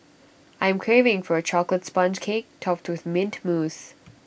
I am craving for A Chocolate Sponge Cake Topped with Mint Mousse